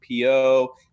PO